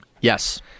Yes